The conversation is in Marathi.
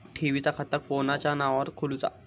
ठेवीचा खाता कोणाच्या नावार खोलूचा?